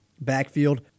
backfield